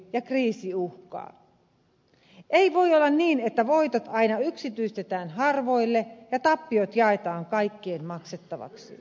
ei voi olla niin että voitot aina yksityistetään harvoille ja tappiot jaetaan kaikkien maksettavaksi